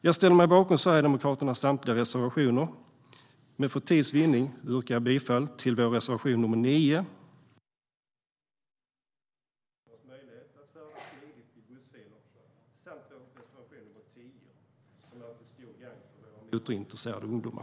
Jag ställer mig bakom Sverigedemokraternas samtliga reservationer, men för tids vinnande yrkar jag bifall bara till vår reservation 9, som belyser motorcyklisternas möjligheter att färdas smidigt i bussfiler, samt vår reservation 10, som är till stort gagn för våra motorintresserade ungdomar.